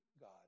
God